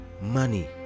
money